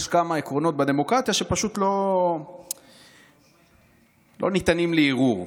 יש כמה עקרונות בדמוקרטיה שפשוט לא ניתנים לערעור.